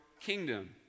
kingdom